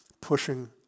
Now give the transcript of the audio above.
pushing